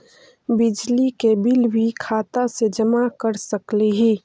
बिजली के बिल भी खाता से जमा कर सकली ही?